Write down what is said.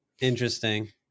interesting